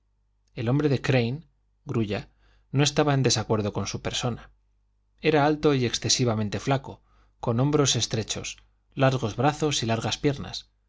el nombre de crane grulla no estaba en desacuerdo con su persona era alto y excesivamente flaco con hombros estrechos largos brazos y largas piernas